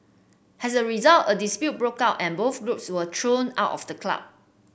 as a result a dispute broke out and both groups were thrown out of the club